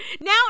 now